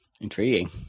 Intriguing